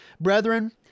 Brethren